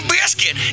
Biscuit